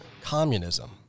communism